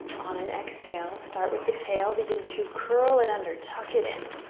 on an exhale, start with the tail, begin to curl it under, tuck it in.